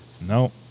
No